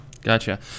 Gotcha